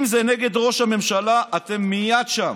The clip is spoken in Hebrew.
אם זה נגד ראש הממשלה אתם מייד שם,